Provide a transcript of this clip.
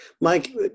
Mike